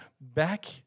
Back